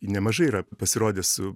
nemažai yra pasirodęs su